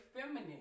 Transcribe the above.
feminine